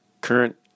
current